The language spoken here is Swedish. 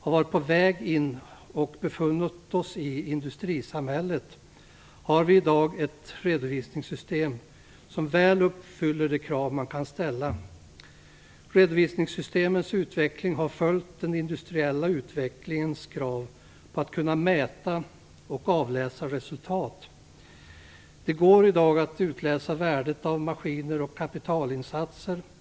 har varit på väg in i eller befunnit oss i industrisamhället, har vi i dag ett redovisningssystem som väl uppfyller de krav man kan ställa. Redovisningssystemens utveckling har följt den industriella utvecklingens krav på att kunna mäta och avläsa resultat. Det går i dag att utläsa värdet av maskiner och kapitalinsatser.